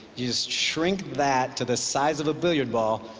you just shrink that to the size of a billiard ball,